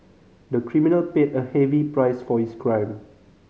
the criminal paid a heavy price for his crime